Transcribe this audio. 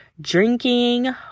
drinking